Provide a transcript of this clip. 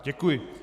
Děkuji.